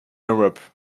europe